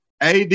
AD